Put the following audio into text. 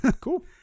cool